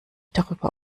darüber